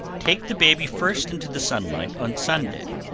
take the baby first into the sunlight on sunday.